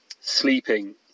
sleeping